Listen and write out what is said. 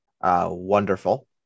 wonderful